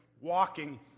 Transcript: walking